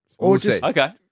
Okay